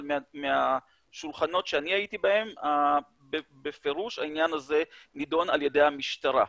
אבל מהשולחנות שאני הייתי בהם בפירוש העניין הזה נידון על ידי המשטרה.